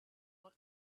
all